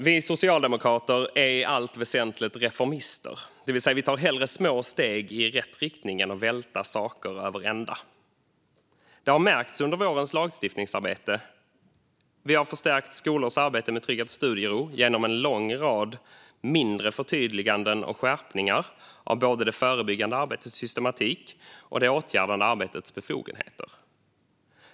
Vi socialdemokrater är i allt väsentligt reformister, det vill säga vi tar hellre små steg i rätt riktning än välter saker över ända. Det har märkts under vårens lagstiftningsarbete. Vi har förstärkt skolors arbete med trygghet och studiero genom en lång rad mindre förtydliganden och skärpningar av både det förebyggande arbetets systematik och det åtgärdande arbetets befogenheter.